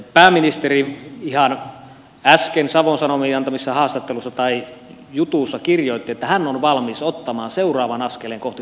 pääministeri ihan äsken savon sanomien jutussa kirjoitti että hän on valmis ottamaan seuraavan askeleen kohti syvempää integraatiota